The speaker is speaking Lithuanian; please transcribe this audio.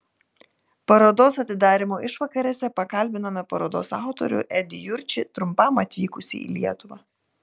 parodos atidarymo išvakarėse pakalbinome parodos autorių edį jurčį trumpam atvykusį į lietuvą